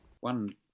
One